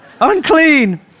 unclean